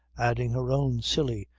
adding her own silly,